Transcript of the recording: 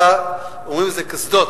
אומרים קָסדות,